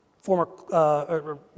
former